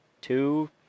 two